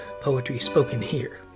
poetryspokenhere